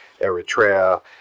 Eritrea